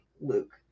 luke